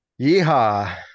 Yeehaw